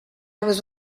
was